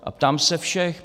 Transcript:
A ptám se všech.